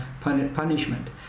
punishment